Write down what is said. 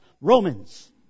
Romans